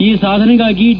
ಈ ಸಾಧನೆಗಾಗಿ ಡಿ